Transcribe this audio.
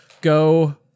go